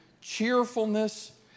cheerfulness